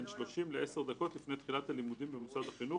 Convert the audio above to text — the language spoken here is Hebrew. בין 30 ל-10 דקות לפני תחילת שעת הלימודים במוסד החינוך,